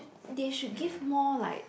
they should give more like